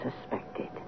suspected